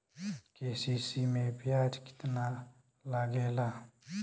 KCC में ब्याज कितना लागेला?